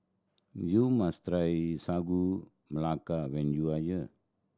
you must try Sagu Melaka when you are here